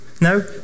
no